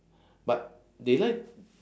but they like